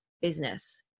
business